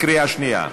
קריאה שנייה.